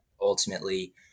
ultimately